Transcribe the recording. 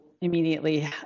immediately